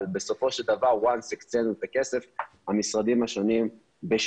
אבל בסופו של דבר ברגע שהקצינו את הכסף המשרדים השונים בשיתוף